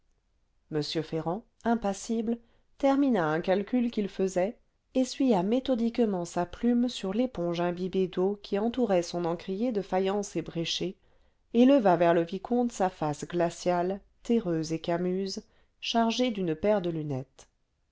m ferrand impassible termina un calcul qu'il faisait essuya méthodiquement sa plume sur l'éponge imbibée d'eau qui entourait son encrier de faïence ébréchée et leva vers le vicomte sa face glaciale terreuse et camuse chargée d'une paire de lunettes